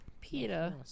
peter